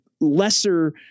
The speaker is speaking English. lesser